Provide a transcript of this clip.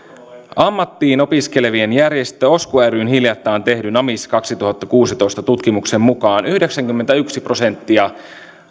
ammattiin opiskelevien järjestön osku ryn hiljattain tehdyn amis kaksituhattakuusitoista tutkimuksen mukaan yhdeksänkymmentäyksi prosenttia